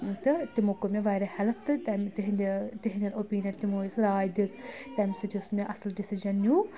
تہٕ تِمو کوٚر مےٚ واریاہ ہیٚلٕپ تہٕ تَمہِ تِہنٛدِ تِہنٛدِ اوٚپیٖنَن تِمو یۄس راے دِژ تَمہِ سۭتۍ یۄس مےٚ اَصٕل ڈِسِجَن نِیوٗ